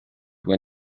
when